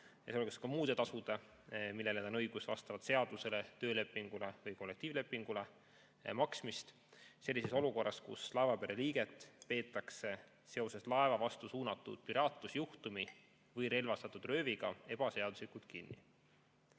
(sealhulgas muude tasude, millele on õigus vastavalt seadusele, töölepingule või kollektiivlepingule) maksmist sellises olukorras, kus laevapere liiget peetakse seoses laeva vastu suunatud piraatlusjuhtumi või relvastatud rööviga ebaseaduslikult kinni.